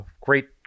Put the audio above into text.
great